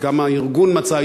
אז הארגון מצא,